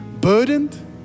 burdened